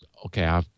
Okay